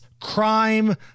crime